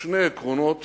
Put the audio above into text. שני עקרונות